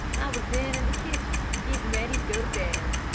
i was then in the kitchen getting ready to go to bed.